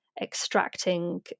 extracting